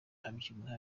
abyibuha